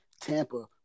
Tampa